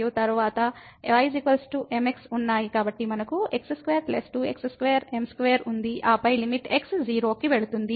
కాబట్టి మనకు x2 2x2m2 ఉంది ఆపై లిమిట్ x 0 కి వెళుతుంది